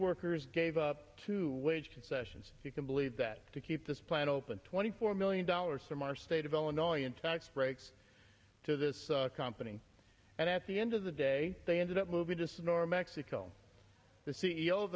workers gave up two wage concessions you can believe that to keep this plant open twenty four million dollars from our state of illinois in tax breaks to this company and at the end of the day they ended up moving just ignore mexico the c